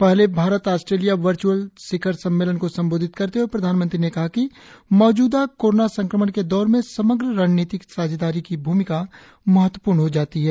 पहले Bharat Australia virtual शिखर सम्मेलन को संबोधित करते हए प्रधानमंत्री ने कहा कि मौजूदा कोरोना संक्रमण के दौर में समग्र रणनीतिक साझेदारी की भूमिका महत्वपूर्ण हो जाती है